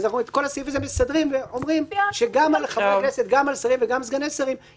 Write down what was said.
זה לא היה אירוע משפטי.